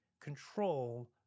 control